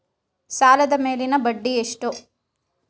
ಸಾಲದ ಮೇಲಿನ ಬಡ್ಡಿ ಎಷ್ಟು?